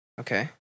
Okay